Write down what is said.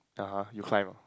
(uh huh) you climb ah